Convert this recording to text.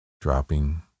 dropping